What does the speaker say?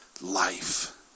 life